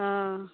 हॅं